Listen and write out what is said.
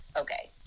okay